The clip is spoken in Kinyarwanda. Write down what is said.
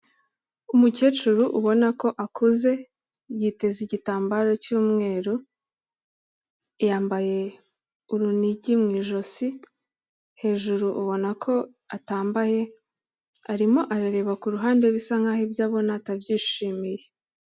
Umukecuru ubona ko akuze yiteze igitambaro cy'umweru, yambaye urunigi mu ijosi, hejuru ubona ko atambaye, arimo arareba ku ruhande bisa nkaho ibyo abona atabyishimiye.